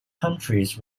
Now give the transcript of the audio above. countries